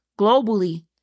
globally